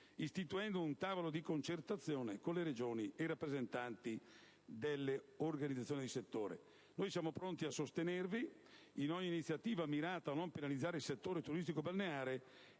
istituendo un tavolo di concertazione con le Regioni e i rappresentanti delle organizzazioni di settore. Noi siamo pronti a sostenervi in ogni iniziativa mirata a non penalizzare il settore turistico balneare